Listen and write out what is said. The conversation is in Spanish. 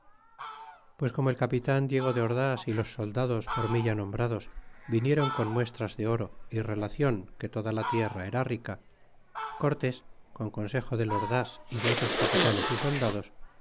pues como el capitan diego de ordas y los soldados por mi ya nombrados vinieron con muestras de oro y relacion que toda la tierra era rica cortés con consejo del ordas y de otros capitanes y soldados